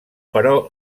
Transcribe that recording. però